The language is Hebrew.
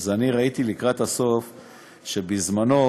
ראיתי לקראת הסוף שבזמנו,